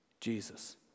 Jesus